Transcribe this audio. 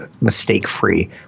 mistake-free